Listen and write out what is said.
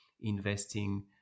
investing